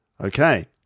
Okay